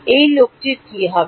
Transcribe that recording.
এই লোকটির কি হবে